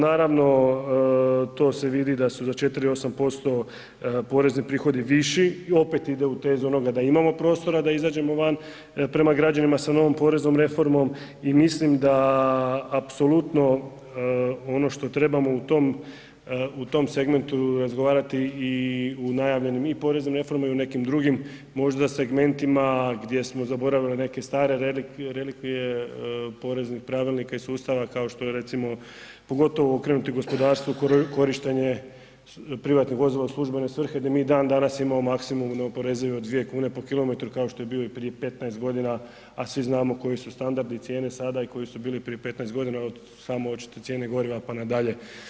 Naravno, to se vidi da su … porezni prihodi viši i opet ide u tezu onoga da imamo prostora da izađemo van prema građanima sa novom poreznom reformom i mislim da apsolutno ono što trebamo u tom segmentu razgovarati i u najavljenim poreznim reformama i u nekim drugim segmentima gdje smo zaboravili neke stare relikvije poreznih pravilnika i sustav kao što je recimo pogotovo okrenuti gospodarstvu, korištenje privatnih vozila u službene svrhe gdje mi i dan danas imamo maksimum neoporezive od 2 kune po kilometru kao što je bio i prije 15 godina, a svi znamo koji su standardi i cijene sada i koji su bili prije 15 godina od same očite cijene goriva pa nadalje.